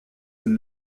than